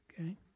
Okay